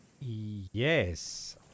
Yes